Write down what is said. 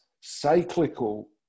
cyclical